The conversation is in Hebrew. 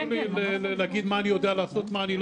תנו לי להגיד מה אני יודע לעשות ומה אני לא יודע לעשות.